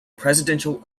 presidential